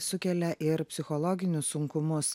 sukelia ir psichologinius sunkumus